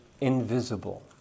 invisible